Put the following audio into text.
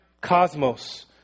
cosmos